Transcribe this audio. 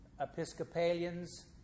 Episcopalians